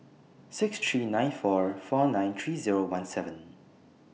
six three nine four four nine three Zero one seven